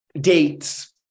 Dates